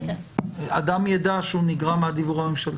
שאדם יידע שהוא נגרע מהדיוור הממשלתי.